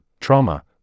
trauma